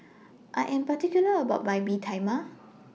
I Am particular about My Mee Tai Mak